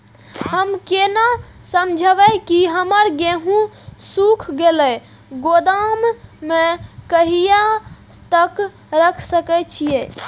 हम केना समझबे की हमर गेहूं सुख गले गोदाम में कहिया तक रख सके छिये?